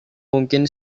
mungkin